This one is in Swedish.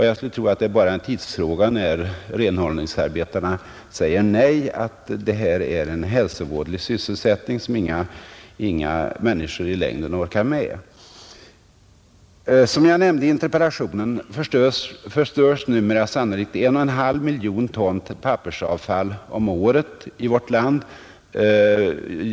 Jag skulle tro att det bara är en tidsfråga när renhållningsarbetarna säger nej och menar att det här är en hälsovådlig sysselsättning som inga människor i längden orkar med. Som jag nämnde i interpellationen förstörs numera sannolikt 1,5 miljoner ton pappersavfall om året i vårt land.